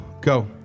go